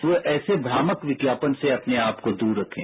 तो ऐसे भ्रामक विज्ञापन से अपने आपको दूर रखें